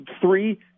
three